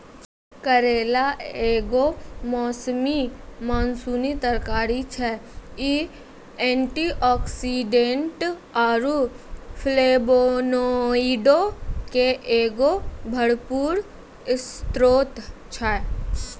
करेला एगो मौसमी मानसूनी तरकारी छै, इ एंटीआक्सीडेंट आरु फ्लेवोनोइडो के एगो भरपूर स्त्रोत छै